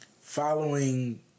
following